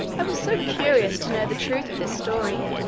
i was so curious to know the truth of this story,